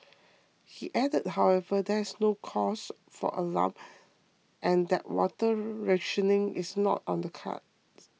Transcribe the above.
he added however that there is no cause for alarm and that water rationing is not on the cards